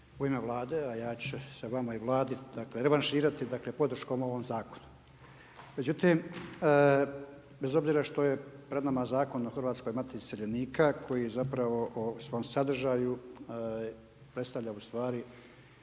u ime Vlade, a ja ću se vama i Vladi dakle revanširati dakle, podrškom ovom zakonu. Međutim, bez obzira što je pred nama Zakon o Hrvatskoj matici iseljenika koji zapravo u svom sadržaju predstavlja ustvari